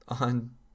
on